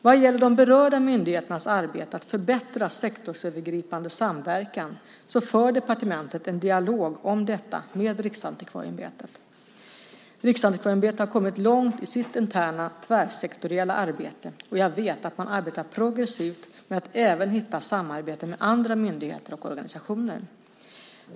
Vad gäller de berörda myndigheternas arbete med att förbättra sektorsövergripande samverkan, för departementet en dialog om detta med Riksantikvarieämbetet. Riksantikvarieämbetet har kommit långt i sitt interna tvärsektoriella arbete, och jag vet att man arbetar progressivt med att även hitta samarbeten med andra myndigheter och organisationer.